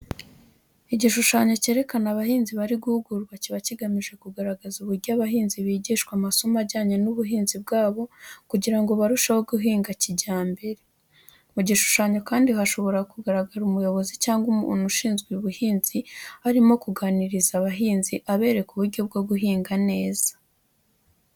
Igishushanyo cyerekana abahinzi bari guhugurwa kiba kigamije kugaragaza uburyo abahinzi bigishwa amasomo ajyanye n'ubuhinzi bwabo kugira ngo barusheho guhinga kijyambere. Mu gishushanyo kandi hashobora kugaragara umuyobozi cyangwa umukozi ushinzwe ubuhinzi arimo aganiriza abahinzi, abereka uburyo bwo guhinga neza.